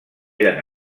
eren